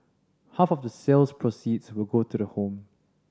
half of the sales proceeds will go to the home